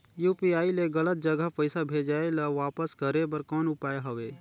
UPI ले गलत जगह पईसा भेजाय ल वापस करे बर कौन उपाय हवय?